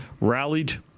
rallied